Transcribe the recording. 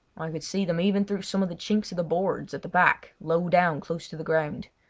i could see them even through some of the chinks of the boards at the back low down close to the ground.